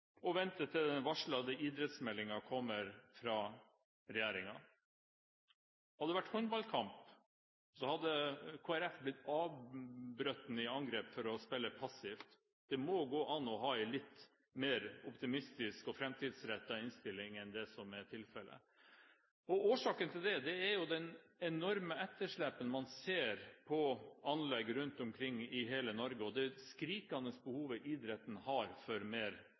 til den varslede idrettsmeldingen kommer fra regjeringen. Hadde det vært håndballkamp, hadde Kristelig Folkeparti blitt avbrutt i angrep for å ha spilt passivt. Det må gå an å ha en litt mer optimistisk og framtidsrettet innstilling enn det som er tilfellet. Årsaken til denne endringen er jo det enorme etterslepet man ser på anlegg rundt omkring i hele Norge, og det skrikende behovet idretten har for mer